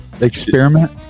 experiment